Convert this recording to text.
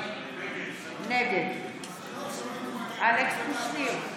נגד אלכס קושניר,